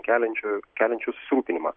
keliančių keliančius susirūpinimą